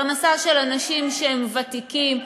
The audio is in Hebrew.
פרנסה של אנשים שהם ותיקים,